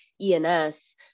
ENS